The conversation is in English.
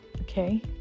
Okay